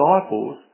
disciples